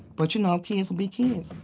but you know, kids will be kids.